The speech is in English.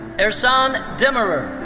ersan demirer.